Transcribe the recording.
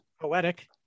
poetic